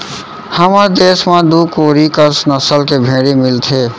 हमर देस म दू कोरी कस नसल के भेड़ी मिलथें